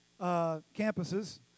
campuses